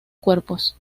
cuerpos